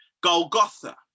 Golgotha